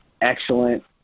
excellent